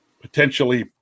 potentially